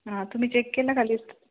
हा तुम्ही चेक केलं का लिस्ट